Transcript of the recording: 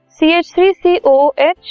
CH3COH